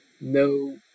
no